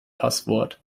passwort